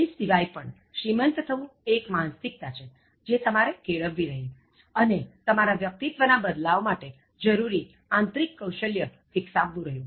તે સિવાય પણ શ્રીમંત થવું એ એક માનસિકતા છે જે તમારે કેળવવી રહી અને તમારા વ્યક્તિત્ત્વ ના બદલાવ માટે જરુરી આંતરિક કૌશલ્ય વિકસાવવું રહ્યું